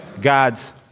God's